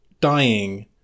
dying